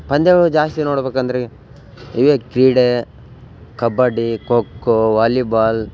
ಪಂದ್ಯಗಳು ಜಾಸ್ತಿ ನೋಡ್ಬೇಕಂದ್ರೆ ಇವೆ ಕ್ರೀಡೆ ಕಬ್ಬಡ್ಡಿ ಕೊಕ್ಕೋ ವಾಲಿಬಾಲ್